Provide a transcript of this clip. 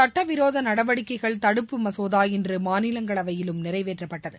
சட்டவிரோத மசோதா நடவடிக்கைகள் தடுப்புப் இன்று மாநிலங்களவையிலும் நிறைவேற்றப்பட்டது